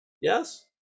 Yes